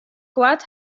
koart